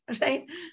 right